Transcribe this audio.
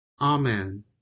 Amen